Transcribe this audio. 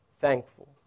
thankful